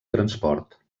transport